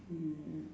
mm mm